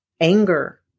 anger